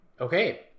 Okay